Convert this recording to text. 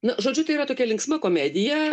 na žodžiu tai yra tokia linksma komedija